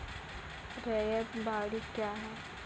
रैयत बाड़ी क्या हैं?